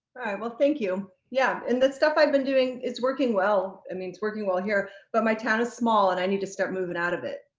well, thank you, yeah. and that stuff i've been doing, it's working well. i mean it's working well here but my town is small and i need to start moving out of it.